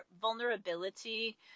vulnerability